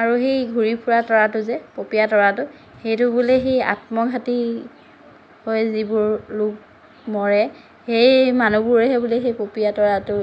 আৰু সেই ঘূৰি ফুৰা তৰাটো যে পপীয়া তৰাটো সেইটো বোলে সেই আত্মঘাতী হৈ যিবোৰ লোক মৰে সেই মানুহবোৰেহে বোলে সেই পপীয়া তৰাটো